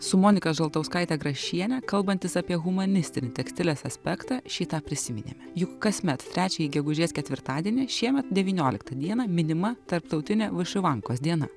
su monika žaltauskaite grašiene kalbantis apie humanistinį tekstilės aspektą šį tą prisiminėme juk kasmet trečiąjį gegužės ketvirtadienį šiemet devynioliktą dieną minima tarptautinė vyšivankos diena